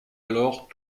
alors